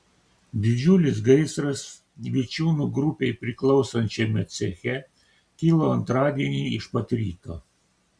didžiulis gaisras vičiūnų grupei priklausančiame ceche kilo antradienį iš pat ryto